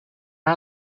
are